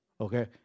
okay